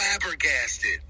flabbergasted